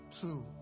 true